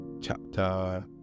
chapter